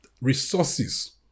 resources